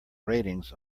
ratings